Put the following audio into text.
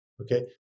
Okay